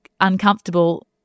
uncomfortable